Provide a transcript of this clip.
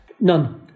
None